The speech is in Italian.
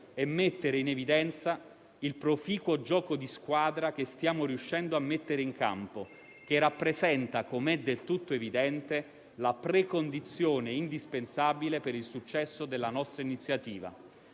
è mettere in evidenza il proficuo gioco di squadra che stiamo riuscendo a mettere in campo e che rappresenta - com'è del tutto evidente - la precondizione indispensabile per il successo della nostra iniziativa.